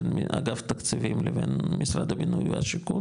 בין אגף תקציבים לבין משרד הבינוי והשיכון